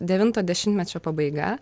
devinto dešimtmečio pabaiga